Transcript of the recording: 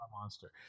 monster